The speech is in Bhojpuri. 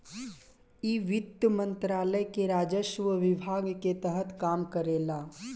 इ वित्त मंत्रालय के राजस्व विभाग के तहत काम करेला